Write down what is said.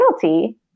penalty